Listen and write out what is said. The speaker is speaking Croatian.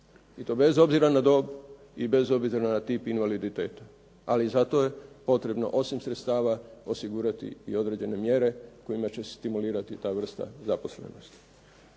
i bez obzira na dob i bez obzira na tip invaliditeta. Ali zato je potrebno osim sredstava osigurati i određene mjere kojima će se stimulirati ta vrsta zaposlenosti.